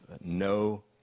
no